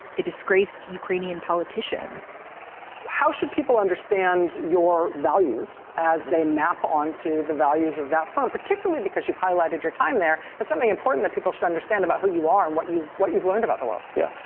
a disgraced ukrainian politician how should people understand your values as they map onto the values of that farm, particularly because you've highlighted your time there as something important that people should understand about who you are and what you've what you've learned about the world? yeah,